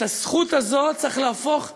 את הזכות הזאת צריך להפוך לחובה,